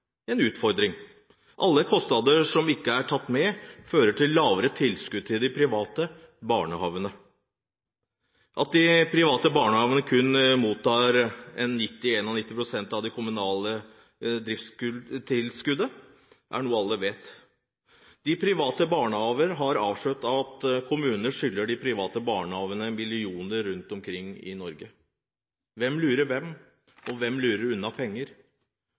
utfordring. Alle kostnader som ikke er tatt med, fører til lavere tilskudd til de private barnehagene. At de private barnehagene kun mottar 90–91 pst. av det kommunale driftstilskuddet, er noe alle vet. De private barnehager har avslørt at kommunene skylder de private barnehagene millioner rundt omkring i Norge. Hvem lurer hvem, og hvem lurer unna penger?